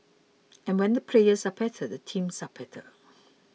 and when the players are better the teams are better